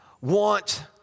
want